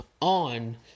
on